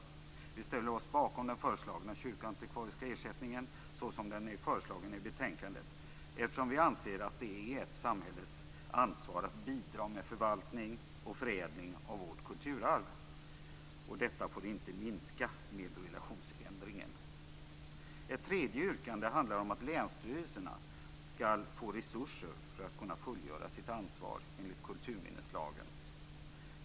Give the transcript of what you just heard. Vi ställer oss bakom den föreslagna kyrkoantikvariska ersättningen så som den är föreslagen i betänkandet eftersom vi anser att det är ett samhälles ansvar att bidra med förvaltning och förädling av vårt kulturarv. Detta får inte minska med relationsändringen. Ett tredje yrkande handlar om att länsstyrelserna skall få resurser för att kunna fullgöra sitt ansvar enligt kulturminneslagen.